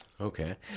Okay